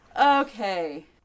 Okay